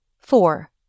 Four